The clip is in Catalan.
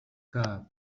que